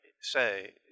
say